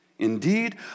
Indeed